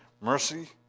Mercy